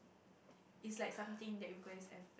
it's like something that requires effort